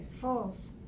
False